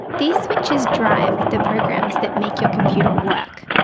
these switches drive the programs that make your computer work.